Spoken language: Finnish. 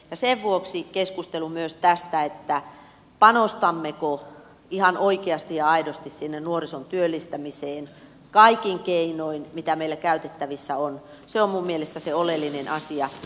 sen vuoksi keskustelu myös tästä panostammeko ihan oikeasti ja aidosti sinne nuorison työllistämiseen kaikin keinoin mitä meillä käytettävissä on on minun mielestäni se oleellinen asia